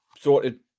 sorted